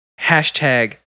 hashtag